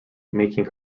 making